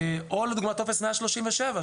או לדוגמה טופס 137,